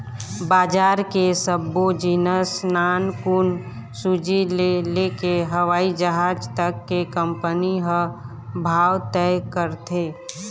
बजार के सब्बो जिनिस नानकुन सूजी ले लेके हवई जहाज तक के कंपनी ह भाव तय करथे